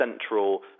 central